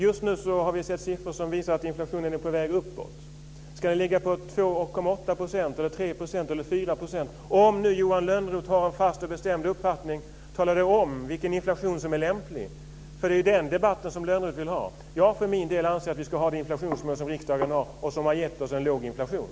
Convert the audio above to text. Just nu har vi sett siffror som visar att inflationen är på väg uppåt. Ska den ligga på 2,8 % eller 3 % eller 4 %? Om nu Johan Lönnroth har en fast och bestämd uppfattning, tala då om vilken inflation som är lämplig. Det är ju den debatten som Lönnroth vill ha. Jag för min del anser att vi ska ha det inflationsmål som riksdagen har och som har gett oss en låg inflation.